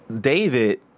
David